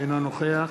אינו נוכח